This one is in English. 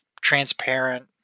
transparent